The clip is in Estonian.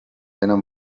enam